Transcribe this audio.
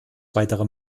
weitere